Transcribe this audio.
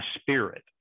spirit